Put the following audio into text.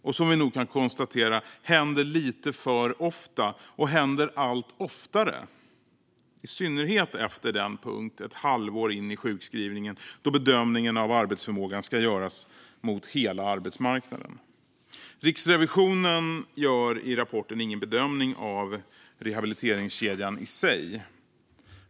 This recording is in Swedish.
Och som vi nog kan konstatera händer det lite för ofta, och det händer allt oftare - i synnerhet efter den punkt ett halvår in i sjukskrivningen då bedömningen av arbetsförmågan ska göras mot hela arbetsmarknaden. Riksrevisionen gör i rapporten ingen bedömning av rehabiliteringskedjan i sig.